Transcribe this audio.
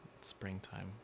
springtime